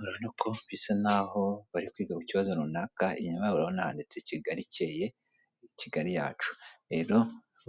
Urabona ko bisa naho bari kwiga ku kibazo runaka, inyuma yaho handitse Kigali ikeye, kigali yacu. Rero